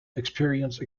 experienced